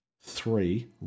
Three